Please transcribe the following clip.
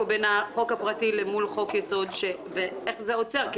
בין החוק הפרטי לחוק-יסוד ואיך זה עוצר.